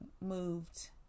moved